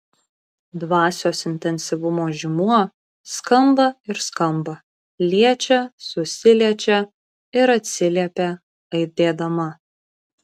dvasios intensyvumo žymuo skamba ir skamba liečia susiliečia ir atsiliepia aidėdama